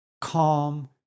calm